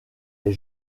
est